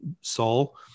Saul